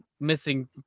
missing